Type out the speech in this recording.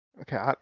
Okay